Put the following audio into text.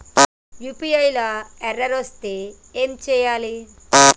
UPI లా error వస్తే ఏం చేయాలి?